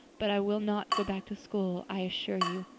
but i will not go back to school, i assure you.